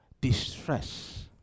distress